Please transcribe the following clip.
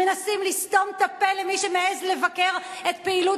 מנסים לסתום את הפה למי שמעז לבקר את פעילות